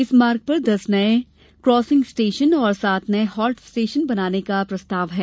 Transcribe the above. इस मार्ग पर दस नए क्रॉसिंग स्टेशन और सात नए हाल्ट स्टेशन बनाने का प्रस्ताव है